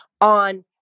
on